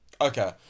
Okay